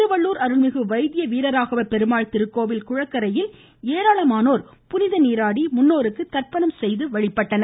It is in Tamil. திருவள்ளுர் அருள்மிகு வீரராகவ பெருமாள் திருக்கோவில் வைத்ய குளக்கரையில் ஏராளமானோர் புனித நீராடி முன்னோர்களுக்கு தர்ப்பணம் செய்து வருகின்றனர்